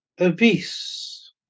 obese